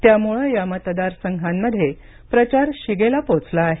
त्यामुळे या मतदारसंघांमध्ये प्रचार शिगेला पोहोचला आहे